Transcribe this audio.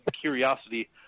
curiosity